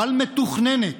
אבל מתוכננת.